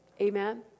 Amen